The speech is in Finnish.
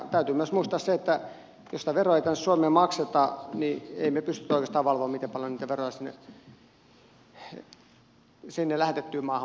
täytyy myös muistaa se että jos sitä veroa ei tänne suomeen makseta emme me pysty oikeastaan valvomaan miten paljon he niitä veroja sinne lähettävään maahan maksavat